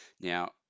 Now